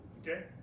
Okay